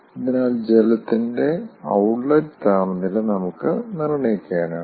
അതിനാൽ ജലത്തിന്റെ ഔട്ട്ലെറ്റ് താപനില നമുക്ക് നിർണ്ണയിക്കാനാകും